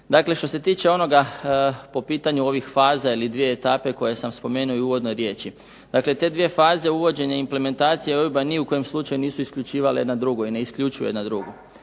Dakle što se tiče onoga po pitanju faza ili dvije etape koje sam spomenuo u uvodnoj riječi. Dakle, te dvije faze i uvođenje implementacije i OIB-a nisu isključivale ni u kom slučaju jedna drugu i ne isključuju jedna drugu.